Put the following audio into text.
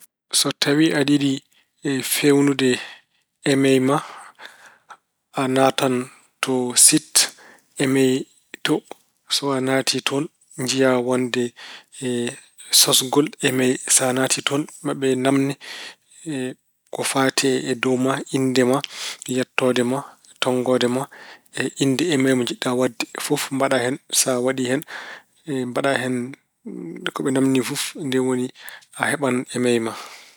So tawi aɗa yiɗi feewnude emeyi ma, a naatan to sit emeyi to. So a naatii toon, njiya wonde sosgol emeyi. So a naatii toon maa ɓe naamne ko fayti e innde ma, yettoode ma e tonngoode ma e in- Innde nde jiɗɗa waɗde fof mbaɗa hen. Sa a waɗi hen, mbaɗa hen ko ɓe naamni fof. No woni a heɓan emeyi ma.